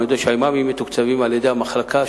אני יודע שהאימאמים מתוקצבים על-ידי המחלקה,